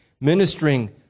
ministering